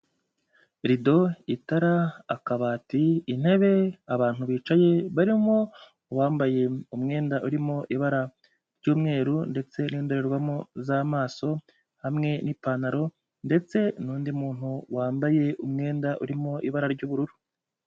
Rido, itara, akabati, intebe, abantu bicaye barimo uwambaye umwenda urimo ibara ry'umweru ndetse n'indorerwamo z'amaso hamwe n'ipantaro ndetse n'undi muntu wambaye umwenda urimo ibara ry'ubururu.